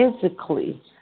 physically